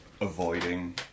avoiding